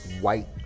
white